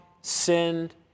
sinned